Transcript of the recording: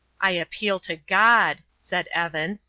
i appeal to god, said evan,